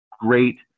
great